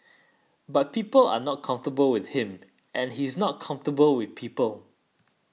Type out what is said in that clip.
but people are not comfortable with him and he's not comfortable with people